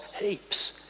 heaps